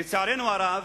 לצערנו הרב,